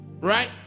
right